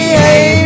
hey